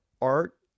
art